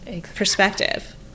perspective